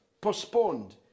postponed